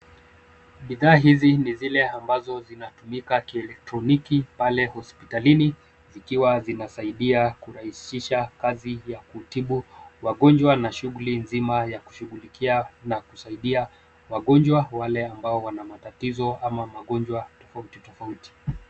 Bidhaa hizi ni zile ambazo zinatumika kieletroniki pale hospitalini zikiwa zinasaidia kurahisisha kazi ya kutibu wagonjwa na shughuli nzima ya kushughulikia na kusaidia wagonjwa wale ambao wana matatizo ama magonjwa tofauti tofauti.